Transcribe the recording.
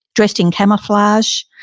dressed in camouflage.